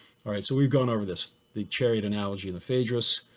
all right, so we've gone over this, the chariot analogy, and the phaedrus.